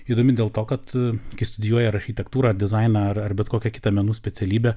įdomi dėl to kad kai studijuoji architektūrą dizainą ar ar bet kokią kitą menų specialybę